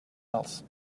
else